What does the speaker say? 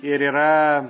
ir yra